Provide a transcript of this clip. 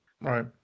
Right